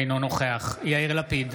אינו נוכח יאיר לפיד,